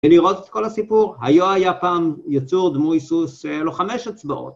ולראות את כל הסיפור. היו היה פעם יצור דמוי סוס שהיו לו חמש אצבעות.